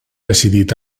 decidit